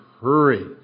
hurry